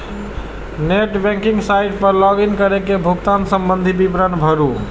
net banking site पर log in कैर के भुगतान संबंधी विवरण भरू